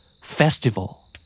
Festival